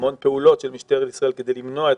המון פעולות של משטרת ישראל כדי למנוע את